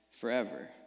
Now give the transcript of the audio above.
forever